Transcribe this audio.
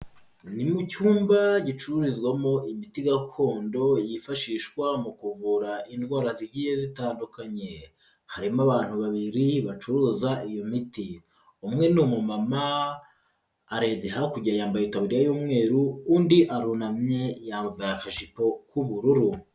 Ni mu cyumba gicururizwamo imiti gakondo yifashishwa mu kuvura indwara zigiye zitandukanye, harimo abantu babiri bacuruza iyo miti, umwe ni umumama arebye hakurya yambaye itaburiya y'umweru, undi arunamye yambaye akajipo k'ubururu.